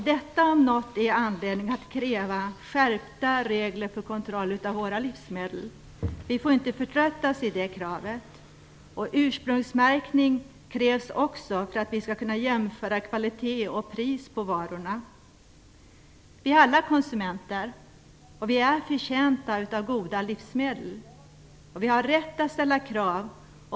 Detta om något ger anledning att kräva skärpta regler för kontroll av våra livsmedel. Vi får inte förtröttas i det kravet. Ursprungsmärkning krävs också för att vi skall kunna jämföra kvalitet och pris på varorna. Vi är alla konsumenter, och vi är förtjänta av goda livsmedel. Vi har rätt att ställa krav.